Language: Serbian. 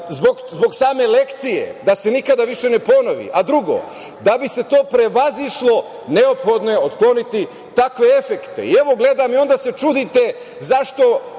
zbog same lekcije, da se nikada više ne ponovi, a drugo, da bi se to prevazišlo, neophodno je otkloniti takve efekte. Onda se čudite zašto